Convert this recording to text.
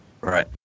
Right